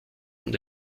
und